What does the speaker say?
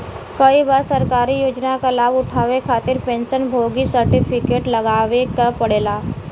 कई बार सरकारी योजना क लाभ उठावे खातिर पेंशन भोगी सर्टिफिकेट लगावे क पड़ेला